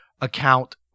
account